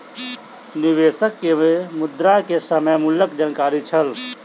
निवेशक के मुद्रा के समय मूल्यक जानकारी छल